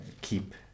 keep